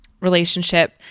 relationship